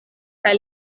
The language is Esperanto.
kaj